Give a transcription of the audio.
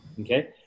Okay